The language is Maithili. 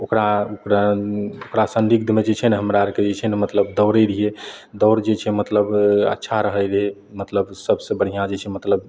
ओकरा ओकरा ओकरा सानिध्यमे जे छै ने हमरा आरके जे छै ने मतलब दौड़ै रहियै दौड़ जे छै मतलब अच्छा रहै रहए मतलब सबसे बढ़िऑं जे छै मतलब